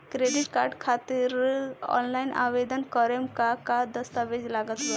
Credit card खातिर offline आवेदन करे म का का दस्तवेज लागत बा?